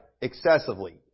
excessively